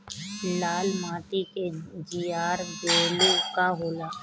लाल माटी के GR value का होला?